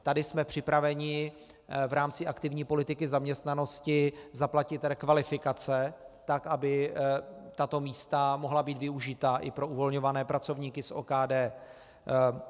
Tady jsme připraveni v rámci aktivní politiky zaměstnanosti zaplatit rekvalifikace, tak aby tato místa mohla být využita i pro uvolňované pracovníky z OKD.